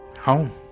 Home